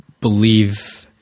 believe –